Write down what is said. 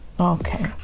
Okay